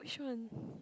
which one